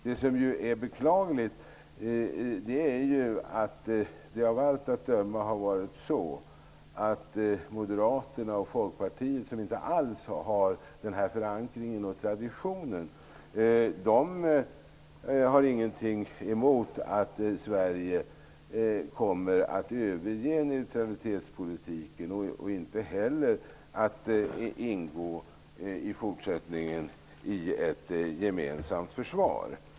Det beklagliga är att Moderaterna och Folkpartiet, som inte alls har denna förankring och tradition, av allt att döma inte har något emot att Sverige överger neutralitetspolitiken. De är inte heller emot att Sverige i fortsättningen ingår i ett gemensamt försvar.